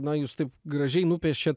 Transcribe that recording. na jūs taip gražiai nupiešėt